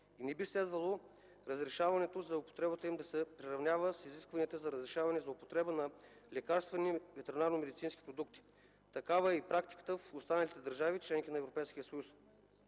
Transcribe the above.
и не би следвало разрешаването за употребата им да се приравнява с изискванията за разрешаване за употреба на лекарствени ветеринарномедицински продукти. Такава е и практиката в останалите държави – членки на Европейския съюз.